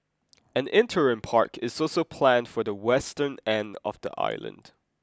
an interim park is also planned for the western end of the island